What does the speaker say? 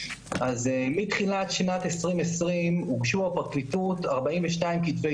מתחילת שנת 2020 הוגשו בפרקליטות 42 כתבי